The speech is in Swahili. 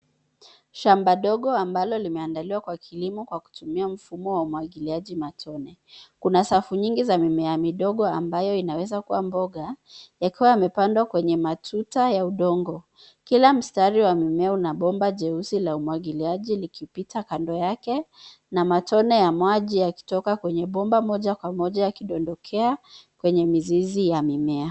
Shamba dogo ambalo limeandaliwa kwa kilimo kwa kutumia mfumo wa umwagiliaji matone. Kuna safu nyingi za mimea midogo ambayo inaweza kuwa mboga, yakiwa yamepandwa kwenye matuta ya udongo. Kila mstari wa mmea una bomba jeusi la umwagiliaji ukipita kando yake na matone ya maji yakitoka kwenye bomba moja kwa moja yakidondokea kwenye mizizi ya mimea.